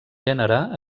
gènere